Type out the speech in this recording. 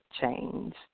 change